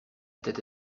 tête